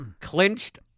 clinched